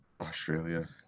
Australia